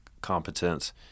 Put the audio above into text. competence